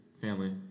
family